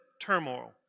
turmoil